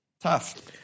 Tough